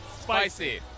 Spicy